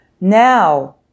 Now